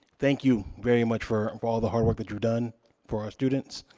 thank you very much for for all the hard work that you've done for our students.